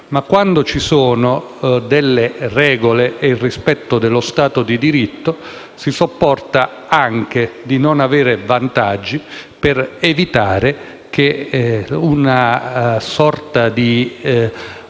Quando ci sono però delle regole e il rispetto dello Stato di diritto si sopporta anche di non avere vantaggi per evitare che una sorta di